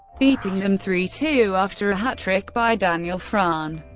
beating them three two after a hat-trick by daniel frahn.